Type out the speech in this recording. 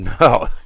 No